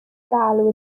galw